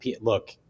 Look